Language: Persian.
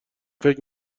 فکر